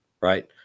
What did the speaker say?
right